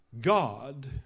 God